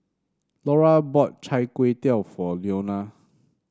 Lura bought Chai Tow Kway for Leona